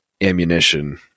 ammunition